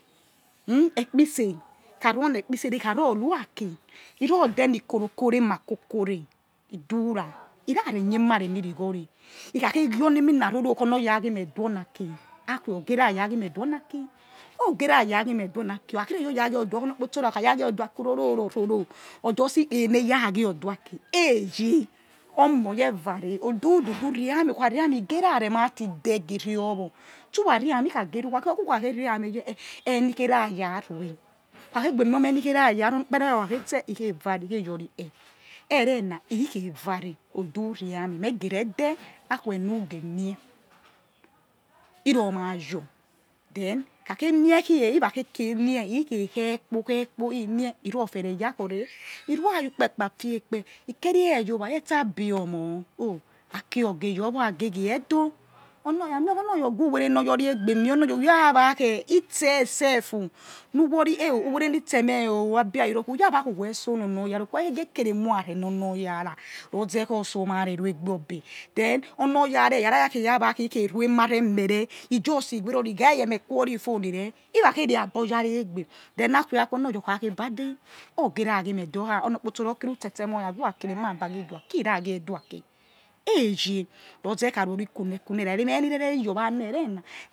hmm ekpi tse ra he kha ruo rui aki iro deni korokoro ema kokore du ra he rare nie ema re nitrighore he kha khe ghi ani emi na aki akuwe ogeraya ghimr du oni aki ogerara ghim he doh or na aki ha kha reh yor ra ghi meh doh oni aki akhuw oge rara ghi me doh oni aki uge rara ghi meh doh oni aki ugr ra ra ghi meh doh oniaki akha re your raghiodeh or onokpot sora hr kha ya ghe o doh aki uroro roro or justi kpene raghiodoaki eye omo ye vare odudu du riameh ukhariamrh he ge ra ratide ghe riihwu tsu rare yameh he kha geh reh who khakhe your who kha reh ameh iye he enikherara ruew ukhakhegu emiomeh ora kere okhakhe tse he khe vare yori erena he khe vare odi khri meh meh redh akuwe nu gehmieh he ro ma your then he khakeh keh mia he khe khe kpo khe kpo he mia he khe khe kpo khe he mia irofere yakhoreh iru ayu kpekpa fie egbe he kerie your owa your omoh oh aki ogeyowo age geiedo oya or gawere nor your re egbe meh onor oya who ra wa khe itse selfu wor eh o uwere nitsemeh o abirari rokhai who ya wa khi weh otsona onor yara wa khe ghe keremu mu rare nor nor yara ruzeh khwo otso ma re ru egbe obe then onor oyara hakhe ra wa khi ru emaremeh reh he jusi weghiori ghariyemeh quari phoni reh he kha khe re abi or yare egbe then akwe akhwe or nor oya okhake bade or geh ra ghi meh deh or ha ono kpotso ra or khiri utsesemoya gbe ura ki re ma ba ghi doh aki he ghe ra ghie do aki eghe ruze ha ru or ri kune kune rari meh ni re yor wa na erena.